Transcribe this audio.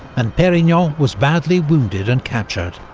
and perignon was badly wounded and captured.